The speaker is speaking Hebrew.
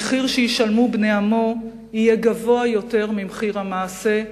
המחיר שישלמו בני עמו יהיה גבוה יותר ממחיר המעשה,